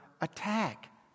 attack